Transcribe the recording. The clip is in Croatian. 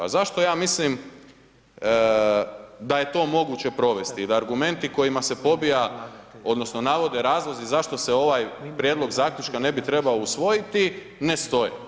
A zašto ja mislim da je to moguće provesti, da argumenti kojima se pobija odnosno navode razlozi zašto se ovaj prijedlog zaključka ne bi trebao usvojiti, ne stoje.